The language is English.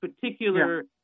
particular